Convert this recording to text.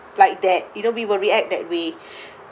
like that you know we will react that way